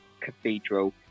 Cathedral